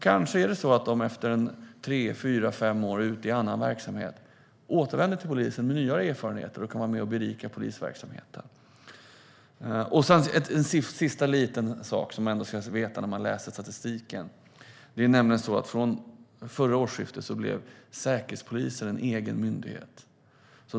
Kanske är det så att de efter tre, fyra, fem år i annan verksamhet återvänder till polisen med nya erfarenheter och kan vara med och berika polisverksamheten. Det är en sista liten sak som man ska veta när man läser statistiken. Säkerhetspolisen blev en egen myndighet vid förra årsskiftet.